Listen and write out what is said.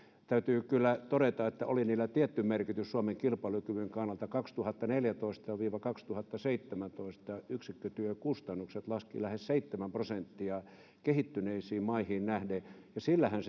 täytyy kyllä todeta että oli niillä tietty merkitys suomen kilpailukyvyn kannalta kaksituhattaneljätoista viiva kaksituhattaseitsemäntoista yksikkötyökustannukset laskivat lähes seitsemän prosenttia kehittyneisiin maihin nähden ja sillähän